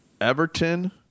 Everton